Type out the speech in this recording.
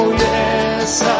yes